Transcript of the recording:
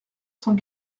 cent